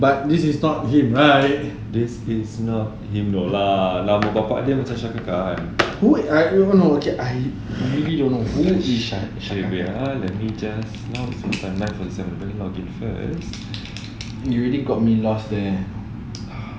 not him right who I don't even know okay I really don't know who is shankar khan you really got me lost there